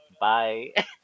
bye